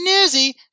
Newsy